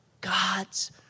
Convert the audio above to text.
God's